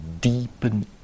deepen